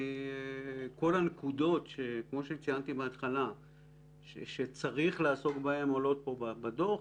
כל הנקודות שציינתי בהתחלה שצריך לעסוק בהן עולות פה בדוח,